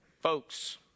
folks